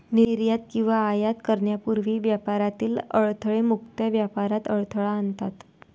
निर्यात किंवा आयात करण्यापूर्वी व्यापारातील अडथळे मुक्त व्यापारात अडथळा आणतात